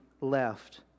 left